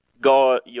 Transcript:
God